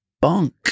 bunk